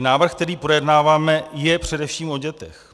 Návrh, který projednáváme, je především o dětech.